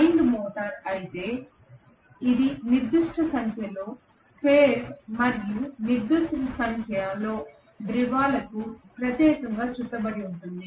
wound rotor అయితే ఇది నిర్దిష్ట సంఖ్యలో ఫేజ్ మరియు నిర్దిష్ట సంఖ్యలో ధ్రువాలకు ప్రత్యేకంగా చుట్టబడి ఉంటుంది